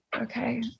Okay